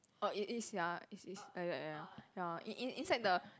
oh it is ya is is like that ya in in inside the